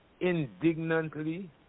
indignantly